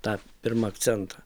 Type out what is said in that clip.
tą pirmą akcentą